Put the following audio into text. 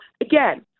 again